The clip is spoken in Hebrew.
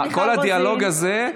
כל הדיאלוג הזה,